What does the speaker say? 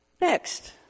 Next